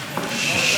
הוועדה, נתקבל.